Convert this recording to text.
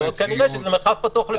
כנראה שזה מרחב פתוח לכולם.